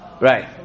Right